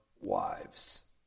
wives